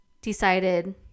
decided